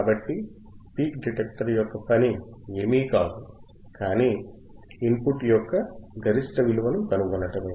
కాబట్టి peak detector యొక్క పని ఏమీ కాదు కానీ ఇన్పుట్ యొక్క గరిష్ట విలువను కనుగొనడమే